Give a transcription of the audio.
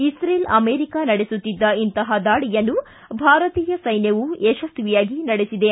ಇಕ್ರೇಲ್ America ನಡೆಸುತ್ತಿದ್ದ ಇಂತಹ ದಾಳಿಯನ್ನು ಭಾರತೀಯ ಸೈನ್ಯವೂ ಯಶಸ್ವಿಯಾಗಿ ನಡೆಸಿದೆ